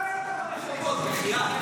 צא לבחירות.